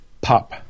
Pop